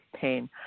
pain